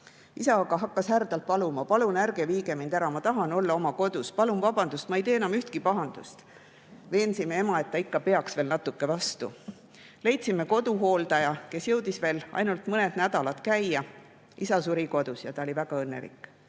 Isa aga hakkas härdalt paluma, et palun ärge viige mind ära, ma tahan olla oma kodus, palun vabandust, ma ei tee enam ühtki pahandust. Veensime ema, et ta ikka peaks veel natuke vastu. Leidsime koduhooldaja, kes jõudis veel ainult mõned nädalad käia. Isa suri kodus ja ta oli väga õnnelik.